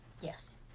Yes